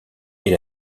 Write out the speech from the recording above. est